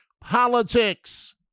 politics